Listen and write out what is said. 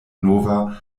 nova